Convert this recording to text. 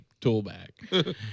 toolbag